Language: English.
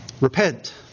repent